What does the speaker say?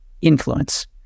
influence